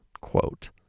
quote